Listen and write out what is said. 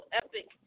epic